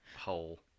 hole